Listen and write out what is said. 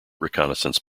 reconnaissance